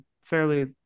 fairly